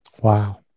Wow